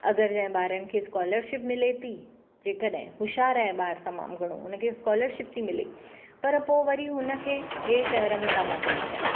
अगरि जंहिं ॿारनि खे स्कोलरशिप मिले थी जे कॾहिं होशियार आहे ॿारु तमामु घणो हुनखे स्कोलरशिप थी मिले पर पोइ वरी हुनखे ॿिए शहर में था मोकिलणु चाहिनि